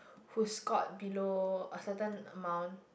who scored below a certain amount